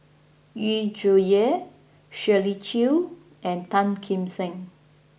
Yu Zhuye Shirley Chew and Tan Kim Seng